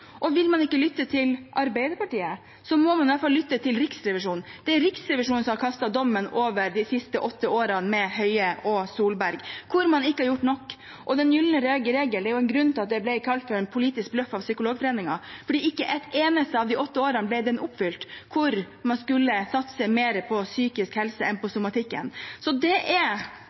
og vil man ikke lytte til Arbeiderpartiet, må man i alle fall lytte til Riksrevisjonen. Det er Riksrevisjonen som har kastet dommen over de siste åtte årene med Høie og Solberg, da man ikke har gjort nok. Når det gjelder den gylne regel, er det jo en grunn til at det ble kalt for politisk bløff av Psykologforeningen, for ikke et eneste av de åtte årene ble den oppfylt, da man skulle satse mer på psykisk helse enn på somatikken. Det er